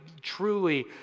truly